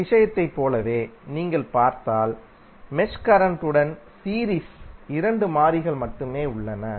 இந்த விஷயத்தைப் போலவே நீங்கள் பார்த்தால் மெஷ் கரண்ட் உடன் சீரீஸ் 2 மாறிகள் மட்டுமே உள்ளன